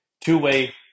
Two-way